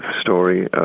story